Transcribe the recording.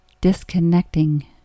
Disconnecting